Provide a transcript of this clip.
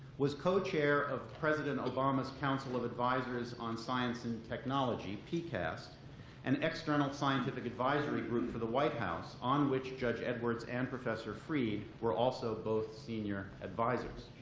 was co-chair of president obama's council of advisors on science and technology, pcast, an external scientific advisory group for the white house on which judge edwards and professor fried were also both senior advisors.